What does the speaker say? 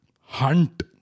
Hunt